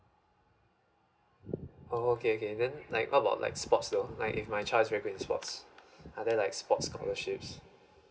oh okay okay then like how about like sports though like if my child is very good in sports, are they like sport scholarship